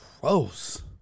Gross